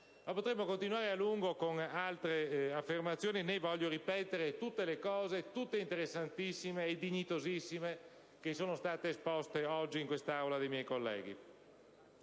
Potremmo continuare a lungo con altre affermazioni di questo tipo, ma non voglio ripetere le considerazioni, tutte interessantissime e dignitosissime, che sono state esposte oggi in quest'Aula dai miei colleghi.